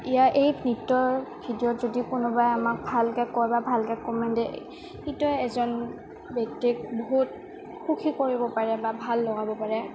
ইয়াৰ এই নৃত্যৰ ভিডিঅ'ত যদি কোনোবাই আমাক ভালকে কয় বা ভালকে কমেণ্ট এজন ব্যক্তিক বহুত সুখী কৰিব পাৰে বা ভাল লগাব পাৰে